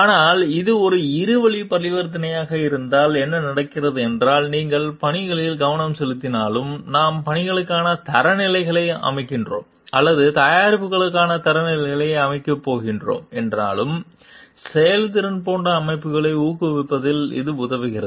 ஆனால் இது ஒரு இரு வழி பரிவர்த்தனையாக இருந்தால் என்ன நடக்கிறது என்றால் நீங்கள் பணிகளில் கவனம் செலுத்தினாலும் நாம் பணிக்கான தரநிலைகளை அமைக்கிறோம் அல்லது தயாரிப்புக்கான தரநிலைகளை அமைக்கப் போகிறோம் என்றாலும் செயல்திறன் போன்ற அமைப்புகளை உருவாக்குவதில் இது உதவுகிறது